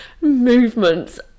movements